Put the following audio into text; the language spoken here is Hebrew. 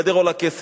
גדר עולה כסף.